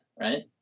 right